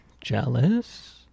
jealous